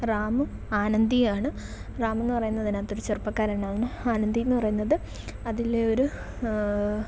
റാമും ആനന്ദിയാണ് റാമെന്നു പറയുന്നതിനകത്തൊരു ചെറുപ്പക്കാരനാണ് ആനന്ദിയെന്നു പറയുന്നത് അതിലെയൊരു